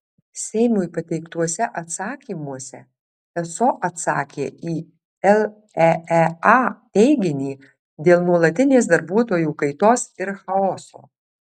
seimui pateiktuose atsakymuose eso atsakė į leea teiginį dėl nuolatinės darbuotojų kaitos ir chaoso